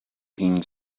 pink